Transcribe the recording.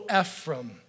Ephraim